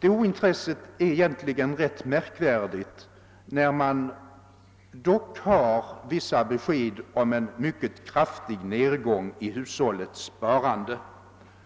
bristande intresse är egentligen ganska märkvärdigt, när man dock har besked om en mycket kraftig nedgång i hushållssparandet.